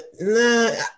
No